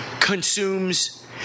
consumes